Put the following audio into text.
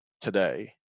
today